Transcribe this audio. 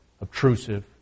obtrusive